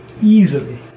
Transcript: easily